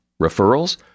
Referrals